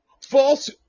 False